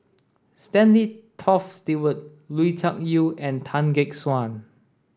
Stanley Toft Stewart Lui Tuck Yew and Tan Gek Suan